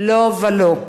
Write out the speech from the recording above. לא ולא.